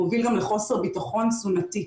מוביל גם לחוסר ביטחון תזונתי.